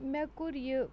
مےٚ کوٚر یہِ